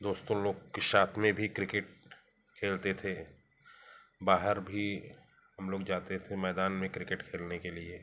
दोस्तों लोग के साथ में भी क्रिकेट खेलते थे बाहर भी हम लोग जाते थे मैदान में क्रिकेट खेलने के लिए